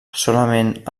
solament